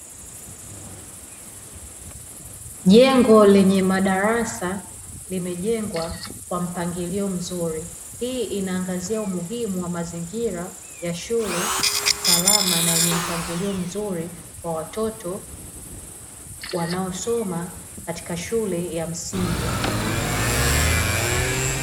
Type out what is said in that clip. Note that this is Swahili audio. Jengo lenye madarasa limejengwa kwa mpangilio mzuri hii inaangazia umuhimu wa mazingira ya shule salama na yenye mpangilio mzuri kwa watoto wanaosoma katika shule ya msingi.